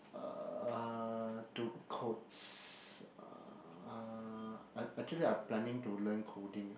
uh to codes uh I actually I planning to learn coding ah